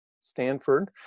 Stanford